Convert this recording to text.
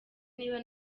niba